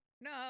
No